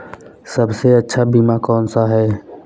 सबसे अच्छा बीमा कौन सा है?